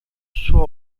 suo